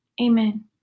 Amen